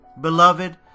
Beloved